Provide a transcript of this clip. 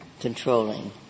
controlling